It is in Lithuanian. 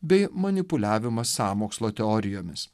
bei manipuliavimas sąmokslo teorijomis